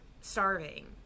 starving